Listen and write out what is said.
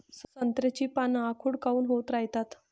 संत्र्याची पान आखूड काऊन होत रायतात?